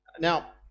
Now